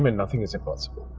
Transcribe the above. um and nothing is impossible